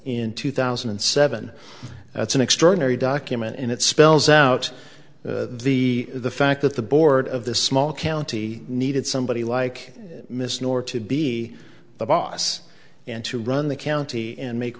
in two thousand and seven that's an extraordinary document and it spells out the fact that the board of the small county needed somebody like miss north to be the boss and to run the county and make